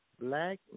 Black